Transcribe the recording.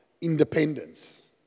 independence